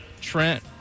Trent